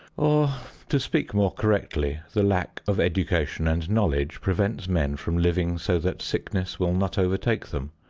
or, to speak more correctly, the lack of education and knowledge prevents men from living so that sickness will not overtake them,